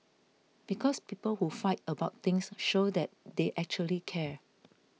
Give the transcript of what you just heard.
because people who fight about things show that they actually care